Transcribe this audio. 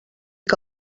que